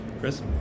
Chris